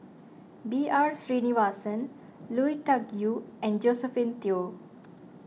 B R Sreenivasan Lui Tuck Yew and Josephine Teo